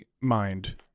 mind